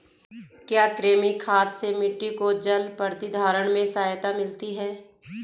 क्या कृमि खाद से मिट्टी को जल प्रतिधारण में सहायता मिलती है?